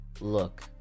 Look